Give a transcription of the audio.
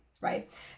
right